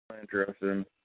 Interesting